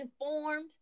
informed